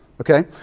Okay